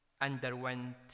underwent